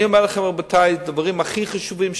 אני אומר לכם, רבותי, שם הדברים הכי החשובים,